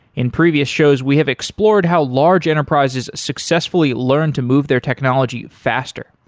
in previous shows, we have explored how large enterprises successfully learn to move their technology faster.